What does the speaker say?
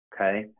Okay